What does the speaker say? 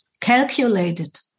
calculated